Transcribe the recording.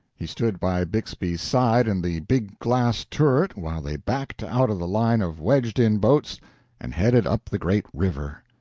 he stood by bixby's side in the big glass turret while they backed out of the line of wedged-in boats and headed up the great river.